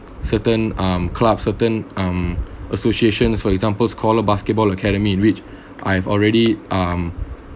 certain um clubs certain um associations for example scholar basketball academy in which I have already um